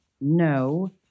No